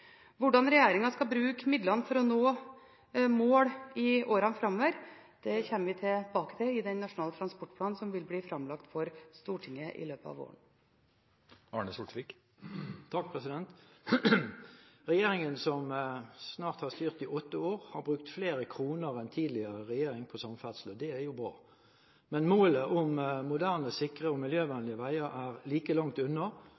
Hvordan regjeringen skal bruke midlene for å nå mål i årene framover, kommer vi tilbake til i den nasjonale transportplanen, som vil bli framlagt for Stortinget i løpet av våren. Regjeringen, som snart har styrt i åtte år, har brukt flere kroner enn tidligere regjeringer på samferdsel. Det er bra. Men målet om moderne, sikrere og miljøvennlige veier er like langt unna